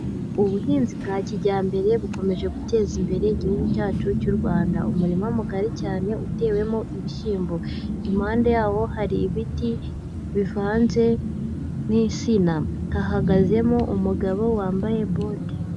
Ubuhinzi bwa kijyambere bukomeje guteza imbere igihugu cyacu cy'u Rwanda, umurima mugari cyane utewemo ibishyimbo, impande yawo hari ibiti bivanze n'insina hahagazemo umugabo wambaye bote.